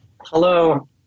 hello